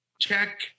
check